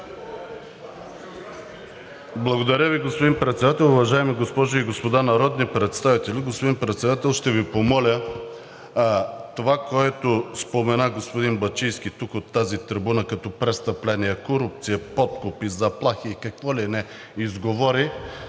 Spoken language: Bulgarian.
Благодаря Ви, господин Председател. Уважаеми госпожи и господа народни представители! Господин Председател, ще Ви помоля за това, което спомена господин Бачийски тук от тази трибуна, като престъпление, корупция, подкупи, заплахи и какво ли не изговори,